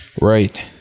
Right